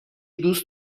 دوست